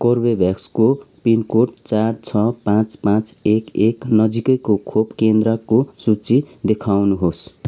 कर्बेभ्याक्सको pincode चार छ पाचँ पाचँ एक एक नजिकैको खोप केन्द्रको सूची देखाउनुहोस्